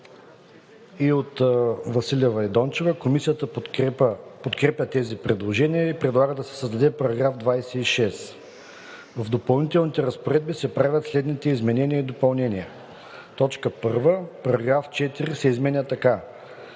и от Хаджигенов и Капон. Комисията подкрепя тези предложения и предлага да се създаде § 26: „§ 26. В допълнителните разпоредби се правят следните изменения и допълнения: 1. Параграф 4 се изменя така: